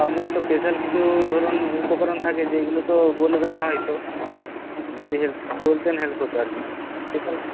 আপনার তো স্পেশাল কিছু ধরুন উপকরণ থাকে যেইগুলো তো বলবেন না হয়তো যদি হেল্প বলতেন হেল্প হতো আর স্পেশাল